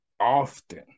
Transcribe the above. often